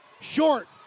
short